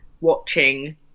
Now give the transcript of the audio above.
watching